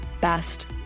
best